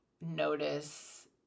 notice